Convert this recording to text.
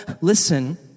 listen